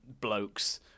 blokes